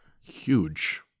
huge